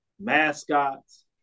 mascots